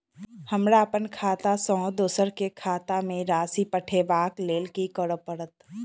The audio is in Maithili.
हमरा अप्पन खाता सँ दोसर केँ खाता मे राशि पठेवाक लेल की करऽ पड़त?